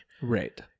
Right